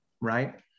right